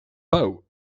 pauw